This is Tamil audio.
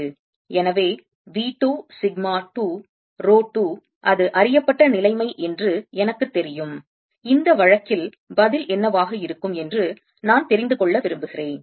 எனவே V 2 சிக்மா 2 ரோ 2 அது அறியப்பட்ட நிலைமை என்று எனக்கு தெரியும் இந்த வழக்கில் பதில் என்னவாக இருக்கும் என்று நான் தெரிந்து கொள்ள விரும்புகிறேன்